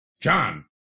John